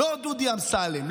לא דודי אמסלם,